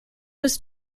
was